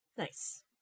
nice